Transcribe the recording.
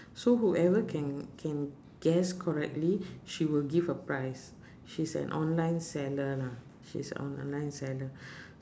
so whoever can can guess correctly she will give a prize she's an online seller lah she's online seller